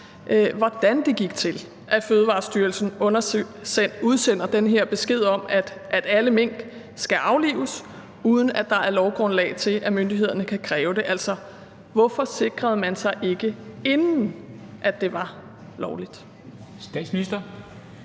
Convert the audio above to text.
hvordan det går til, at Fødevarestyrelsen udsender den her besked om, at alle mink skal aflives, uden at der er lovgrundlag til, at myndighederne kan kræve det? Hvorfor sikrede man sig ikke inden, at det var lovligt?